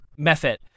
Method